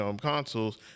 consoles